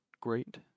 great